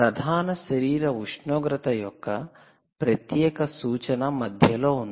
ప్రధాన శరీర ఉష్ణోగ్రత యొక్క ప్రత్యేక సూచన మధ్యలో ఉంది